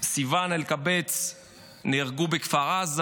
וסיון אלקבץ נהרגו בכפר עזה.